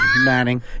Manning